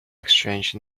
exchanged